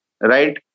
Right